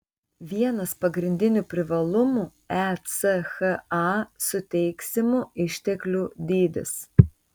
vienas pagrindinių privalumų echa suteiksimų išteklių dydis